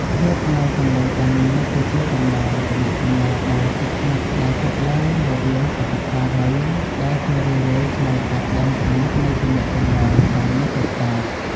មិត្តភាពនៅកន្លែងការងារគឺជាចំណងទំនាក់ទំនងដ៏ជិតស្និទ្ធដែលកើតឡើងរវាងសហការី ដែលជារឿយៗឆ្លងកាត់ដែនកំណត់នៃទំនាក់ទំនងការងារសុទ្ធសាធ។